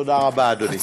תודה רבה, אדוני.